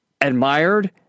admired